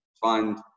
find